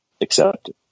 accepted